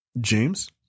James